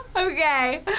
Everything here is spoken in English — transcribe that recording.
Okay